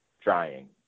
trying